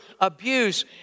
abuse